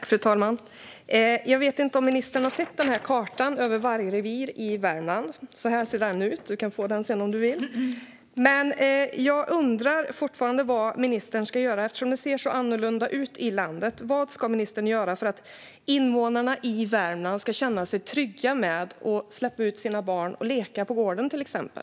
Fru talman! Jag vet inte om ministern har sett kartan över vargrevir i Värmland. Du kan få den sedan om du vill. Jag undrar fortfarande vad ministern ska göra eftersom det ser så olika ut i landet. Vad ska ministern göra för att invånarna i Värmland ska känna sig trygga med att till exempel släppa ut sina barn så att de kan leka på gården?